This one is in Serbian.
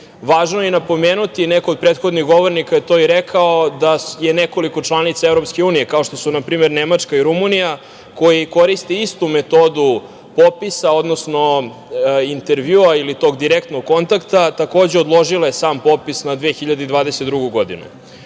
je i napomenuti, neko od prethodnih govornika je to i rekao, da je nekoliko članica EU, kao što su na primer Nemačka i Rumunija, koji koriste istu metodu popisa, odnosno intervjua ili tog direktnog kontakta takođe odložile sam popis na 2022. godinu.U